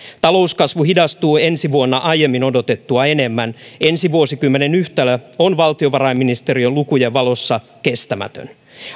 talouskasvu hidastuu ensi vuonna aiemmin odotettua enemmän ensi vuosikymmenen yhtälö on valtiovarainministeriön lukujen valossa kestämätön